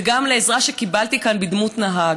וגם לעזרה שקיבלתי כאן בדמות נהג.